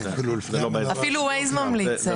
אפילו Waze ממליץ.